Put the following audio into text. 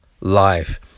Life